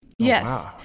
Yes